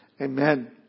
Amen